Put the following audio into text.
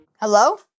Hello